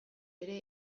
ere